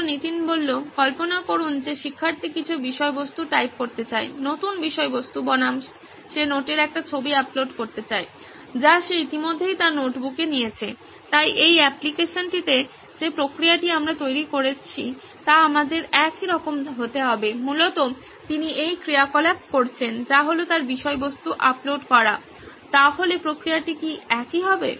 ছাত্র নীতিন কল্পনা করুন যে শিক্ষার্থী কিছু বিষয়বস্তু টাইপ করতে চায় নতুন বিষয়বস্তু বনাম সে নোটের একটি ছবি আপলোড করতে চায় যা সে ইতিমধ্যেই তার নোটবুকে নিয়েছে তাই এই অ্যাপ্লিকেশনটিতে যে প্রক্রিয়াটি আমরা তৈরি করছি তা আমাদের একই রকম হতে হবে মূলত তিনি একই ক্রিয়াকলাপ করছেন যা হলো তার বিষয়বস্তু আপলোড করা তাহলে প্রক্রিয়াটি কি একই হবে